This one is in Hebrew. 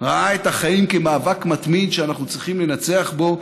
ראה את החיים כמאבק מתמיד שאנחנו צריכים לנצח בו,